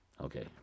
Okay